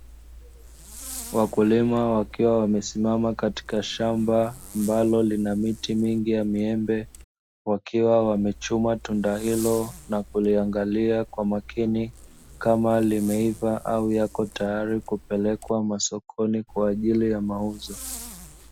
Wakulima wakiwa wamesimama katika shamba ambalo lina miti mingi ya miembe, wakiwa wamechuma tunda hilo na kuliangalia kwa makini, kama limeiva au yako tayari kupelekwa masokoni kwa ajili ya mauzo.